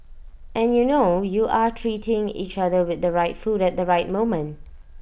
and you know you are treating each other with the right food at the right moment